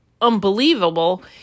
unbelievable